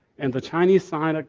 and the chinese side, ah